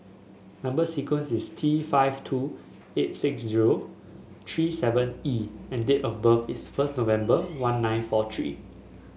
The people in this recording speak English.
number sequence is T five two eight six zero three seven E and date of birth is first November one nine four three